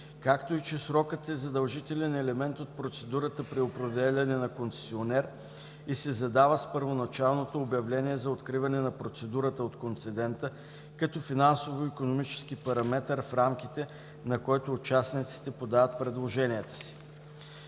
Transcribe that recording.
както и, че срокът е задължителен елемент от процедурата при определяне на концесионер и се задава с първоначалното обявление за откриване на процедурата от концедента като финансово-икономически параметър в рамките, на който участниците подават предложенията си.